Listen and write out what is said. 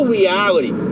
reality